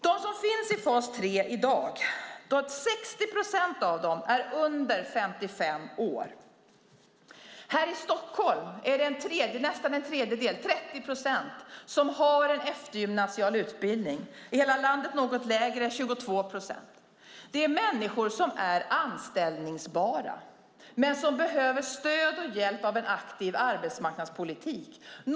60 procent av dem som finns i fas 3 i dag är under 55 år. I Stockholm har nästan en tredjedel, 30 procent, en eftergymnasial utbildning. I hela landet är siffran något lägre, 22 procent. Det är människor som är anställningsbara men som behöver stöd och hjälp av en aktiv arbetsmarknadspolitik.